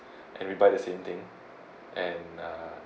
and we buy the same thing and uh